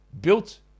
built